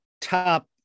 top